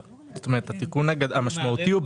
התיקון המשמעותי הוא,